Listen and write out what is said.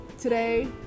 today